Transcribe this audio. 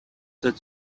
that